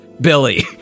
Billy